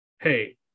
Hey